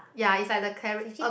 ya is like a clari~